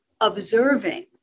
observing